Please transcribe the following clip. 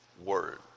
word